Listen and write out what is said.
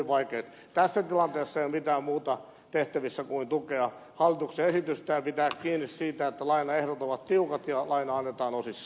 tässä tilanteessa ei ole mitään muuta tehtävissä kuin tukea hallituksen esitystä ja pitää kiinni siitä että lainaehdot ovat tiukat ja laina annetaan osissa